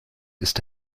ist